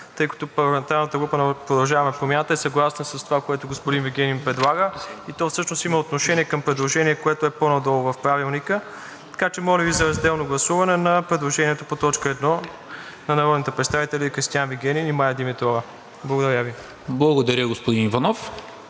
тъй като парламентарната група на „Продължаваме Промяната“ е съгласна с това, което господин Вигенин предлага и то всъщност има отношение към предложение, което е по-надолу в Правилника. Така че, моля Ви, за разделно гласуване на предложението по т. 1 на народните представители Кристиан Вигенин и Мая Димитрова. Благодаря Ви. ПРЕДСЕДАТЕЛ НИКОЛА